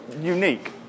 unique